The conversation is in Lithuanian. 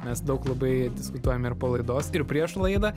mes daug labai diskutuojame ir po laidos ir prieš laidą